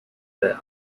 well